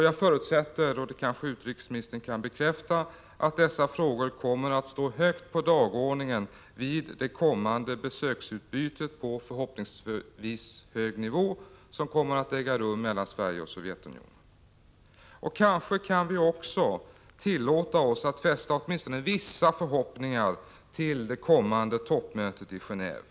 Jag förutsätter — och det kanske utrikesministern kan bekräfta — att dessa frågor kommer att stå högt på dagordningen vid det besöksutbyte på förhoppningsvis hög nivå som kommer att äga rum mellan Sovjetunionen och Sverige. Kanske kan vi också tillåta oss att fästa åtminstone vissa förhoppningar till det kommande toppmötet i Gendve.